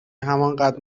همانقدر